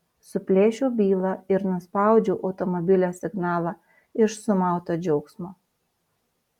suplėšiau bylą ir nuspaudžiau automobilio signalą iš sumauto džiaugsmo